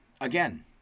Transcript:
again